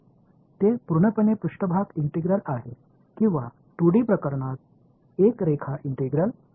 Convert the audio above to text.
हे पूर्णपणे पृष्ठभाग इंटिग्रल आहे किंवा 2 डी प्रकरणात एक रेखा इंटिग्रल आहे